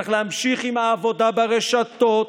צריך להמשיך עם העבודה ברשתות,